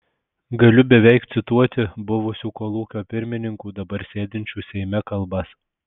galiu beveik cituoti buvusių kolūkio pirmininkų dabar sėdinčių seime kalbas